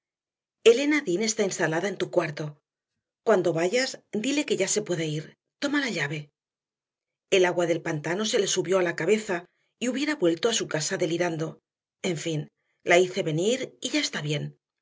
elena dean está instalada en tu cuarto cuando vayas dile que ya se puede ir toma la llave el agua del pantano se le subió a la cabeza y hubiera vuelto a su casa delirando en fin la hice venir y ya está bien